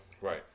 Right